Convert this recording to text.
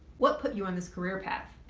what put you on this career path?